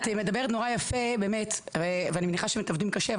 את מדברת נורא יפה ואני מניחה שאתם עובדים קשה,